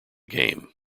game